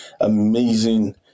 amazing